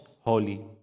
holy